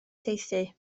saethu